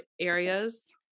areas